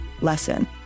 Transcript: lesson